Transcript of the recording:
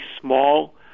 small